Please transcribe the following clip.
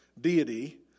deity